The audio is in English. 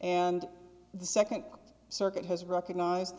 and the second circuit has recognised